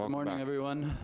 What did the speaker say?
um morning, everyone.